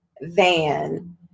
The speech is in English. van